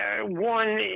One